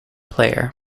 player